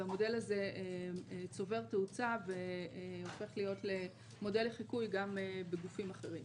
והמודל צובר תאוצה והופך להיות מודל לחיקוי גם בגופים אחרים.